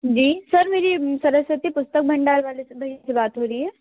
जी sir मेरी सरस्वती पुस्तक भंडार वाले से भाई से बात हो रही है